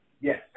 Yes